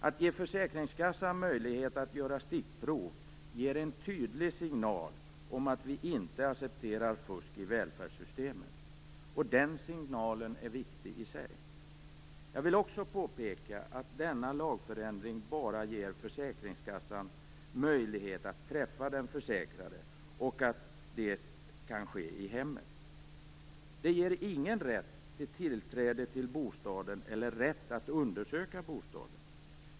Att ge försäkringskassan möjlighet att göra stickprov ger en tydlig signal om att vi inte accepterar fusk i välfärdssystemen, och den signalen är viktig i sig. Jag vill också påpeka att denna lagförändring bara ger försäkringskassan möjlighet att träffa den försäkrade och att det kan ske i hemmet. Det ger ingen rätt till tillträde till bostaden eller rätt att undersöka bostaden.